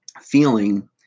feeling